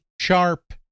sharp